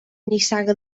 nissaga